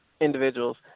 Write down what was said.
individuals